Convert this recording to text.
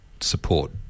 support